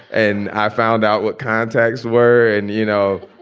and i found out what contacts were. and, you know,